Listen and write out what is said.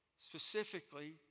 specifically